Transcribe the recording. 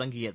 தொடங்கியது